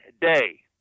day